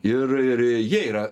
ir ir jie yra